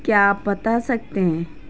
کیا آپ بتا سکتے ہیں